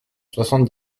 soixante